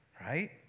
right